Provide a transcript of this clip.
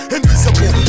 Invisible